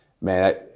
man